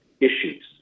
issues